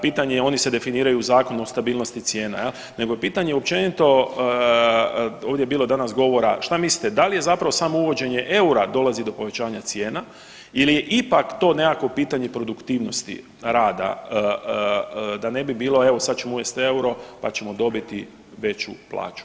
Pitanje oni se definiraju zakonom o stabilnosti cijena nego je pitanje općenito ovdje danas bilo govora, šta mislite da li je zapravo samo uvođenje eura dolazi do povećanja cijena ili je ipak to nekakvo pitanje produktivnosti rada da ne bilo evo sad ćemo uvesti euro pa ćemo dobiti veću plaću.